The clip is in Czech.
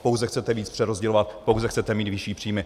Pouze chcete víc přerozdělovat, pouze chcete mít vyšší příjmy.